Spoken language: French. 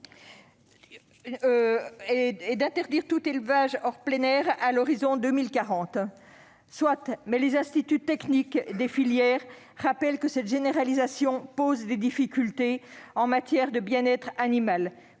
et interdire tout élevage qui ne soit pas en plein air à horizon de 2040. Soit ! Mais les instituts techniques des filières rappellent que cette généralisation pose des difficultés en matière de bien-être animal